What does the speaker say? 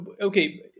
okay